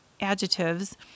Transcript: adjectives